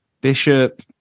Bishop